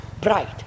bright